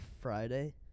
Friday